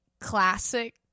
classic